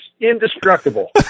indestructible